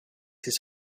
his